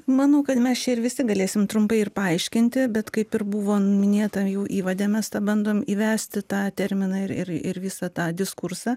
manau kad mes čia ir visi galėsim trumpai ir paaiškinti bet kaip ir buvo minėta jau įvade mes tą bandom įvesti tą terminą ir ir visą tą diskursą